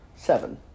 Seven